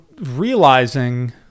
realizing